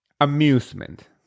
amusement